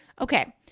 Okay